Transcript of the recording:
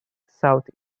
south